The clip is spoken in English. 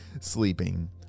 sleeping